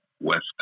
West